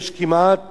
ויש כמעט